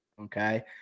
okay